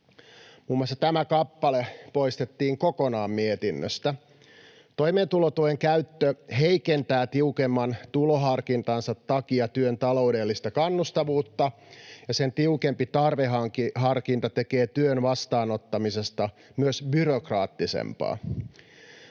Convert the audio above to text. Muun muassa tämä kappale poistettiin kokonaan mietinnöstä: ”Toimeentulotuen käyttö heikentää tiukemman tuloharkintansa takia työn taloudellista kannustavuutta, ja sen tiukempi tarveharkinta tekee työn vastaanottamisesta myös byrokraattisempaa.